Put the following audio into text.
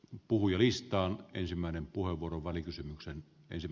puhujalistalla ensimmäinen puheenvuoro välikysymykseen esim